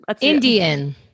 Indian